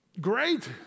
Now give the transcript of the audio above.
great